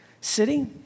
city